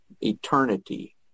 eternity